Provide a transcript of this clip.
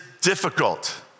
difficult